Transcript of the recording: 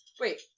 Wait